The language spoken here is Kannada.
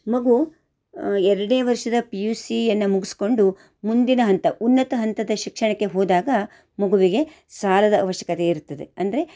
ಮಗು ಎರಡೇ ವರ್ಷದ ಪಿ ಯು ಸಿಯನ್ನು ಮುಗಿಸಿಕೊಂಡು ಮುಂದಿನ ಹಂತ ಉನ್ನತ ಹಂತದ ಶಿಕ್ಷಣಕ್ಕೆ ಹೋದಾಗ ಮಗುವಿಗೆ ಸಾಲದ ಅವಶ್ಯಕತೆ ಇರುತ್ತದೆ ಅಂದರೆ